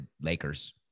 Lakers